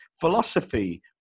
philosophy